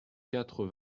quatre